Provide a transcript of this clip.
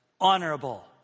honorable